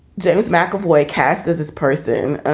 james mcavoy cast. there's this person